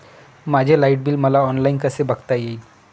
माझे light bill मला online कसे बघता येईल?